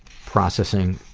processing